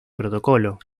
protocolo